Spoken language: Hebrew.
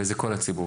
וזה כל הציבור.